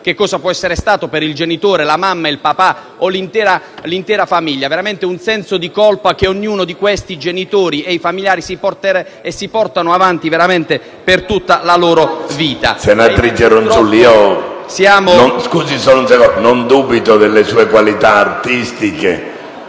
cosa può essere stato per il genitore, la mamma, il papà o l'intera famiglia: un senso di colpa che ognuno di questi genitori e familiari si porterà avanti per tutta la vita. PRESIDENTE. Senatrice Ronzulli, non dubito delle sue qualità artistiche